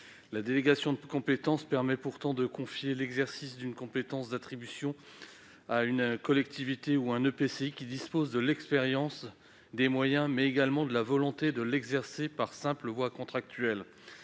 La délégation de compétence permet de confier l'exercice d'une compétence d'attribution à une collectivité ou un EPCI qui dispose de l'expérience, des moyens, mais également de la volonté de l'exercer par simple voie contractuelle.